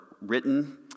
written